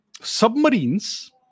submarines